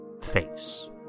face